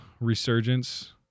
resurgence